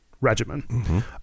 Regimen